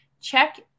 Check